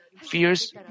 fears